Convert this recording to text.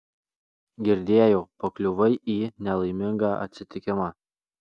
girdėjau pakliuvai į nelaimingą atsitikimą